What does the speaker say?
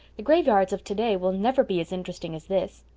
the graveyards of today will never be as interesting as this.